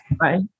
right